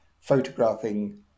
photographing